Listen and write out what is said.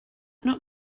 not